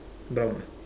brown ah